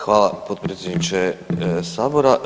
Hvala potpredsjedniče Sabora.